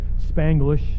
Spanglish